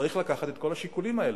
צריך לקחת את כל השיקולים האלה.